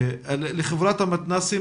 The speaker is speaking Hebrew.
לגבי חברת המתנ"סים.